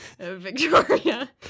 victoria